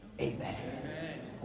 Amen